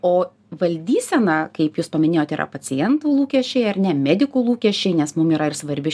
o valdysena kaip jūs paminėjot yra pacientų lūkesčiai ar ne medikų lūkesčiai nes mum yra ir svarbi